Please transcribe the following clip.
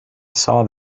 saw